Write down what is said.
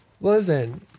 Listen